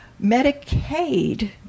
Medicaid